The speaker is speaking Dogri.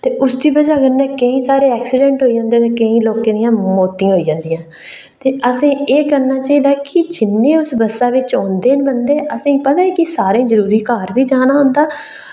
ते उसदी वजह् कन्नै केईं सारे एक्सीडेंट होई जंदे ते केईं लोकें दियां मौतीं होई जन्दियां ते असें एह् करना चाहिदा कि जिन्ने अस बस्सा बिच औंदे न बंदे असें पता कि सारें जरुरी घर बी जाना होंदा